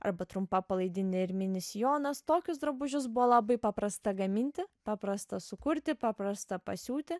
arba trumpą palaidinė ir mini sijonas tokius drabužius buvo labai paprasta gaminti paprasta sukurti paprasta pasiūti